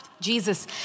Jesus